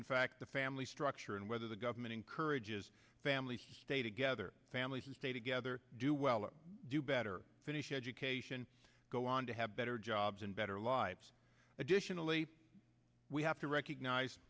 in fact the family structure and whether the government encourages families stay together families stay together do well or do better finish education go on to have better jobs and better lives additionally we have to recognize